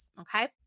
okay